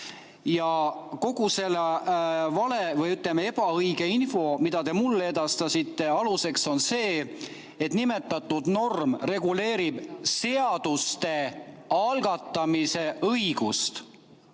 Ja kogu selle vale või, ütleme, ebaõige info, mis te mulle edastasite, aluseks on see, et nimetatud norm reguleerib seaduste algatamise õigust.